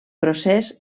procés